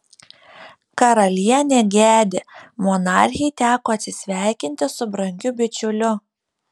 karalienė gedi monarchei teko atsisveikinti su brangiu bičiuliu